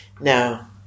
Now